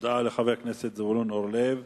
תודה לחבר הכנסת זבולון אורלב.